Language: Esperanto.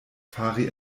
fari